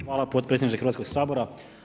Hvala potpredsjedniče Hrvatskog sabora.